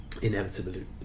Inevitably